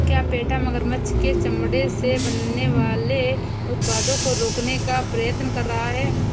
क्या पेटा मगरमच्छ के चमड़े से बनने वाले उत्पादों को रोकने का प्रयत्न कर रहा है?